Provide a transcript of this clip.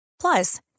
Plus